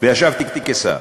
וישבתי כשר,